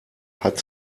hat